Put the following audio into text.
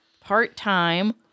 part-time